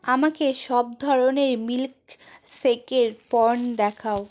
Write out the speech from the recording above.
আমাকে সব ধরনের মিল্ক শেকের পণ্য দেখাও